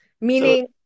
Meaning